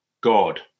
God